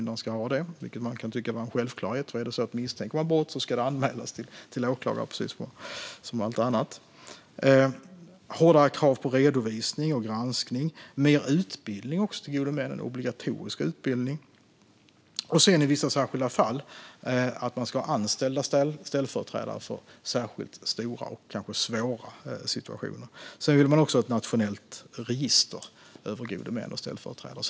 Det kan tyckas vara en självklarhet för en överförmyndare att om det finns misstanke om brott anmäla till åklagare - precis som allt annat. Det finns vidare förslag om hårdare krav på redovisning och granskning av gode män samt mer obligatorisk utbildning. I vissa särskilda fall ska det finnas anställda ställföreträdare för särskilt stora och svåra situationer. Sedan finns förslag om ett nationellt register över gode män och ställföreträdare.